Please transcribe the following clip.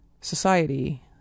society